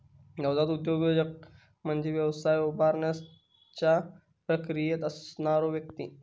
नवजात उद्योजक म्हणजे व्यवसाय उभारण्याच्या प्रक्रियेत असणारो व्यक्ती